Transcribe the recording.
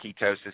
ketosis